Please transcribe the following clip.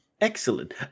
excellent